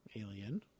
Alien